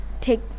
take